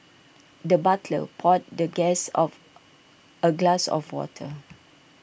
the butler poured the guest of A glass of water